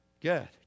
Good